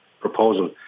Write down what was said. proposal